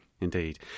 Indeed